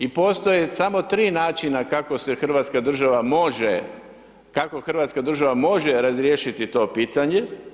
I postoje samo 3 načina kako se hrvatska država može, kako hrvatska država može razriješiti to pitanje.